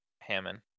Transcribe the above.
Hammond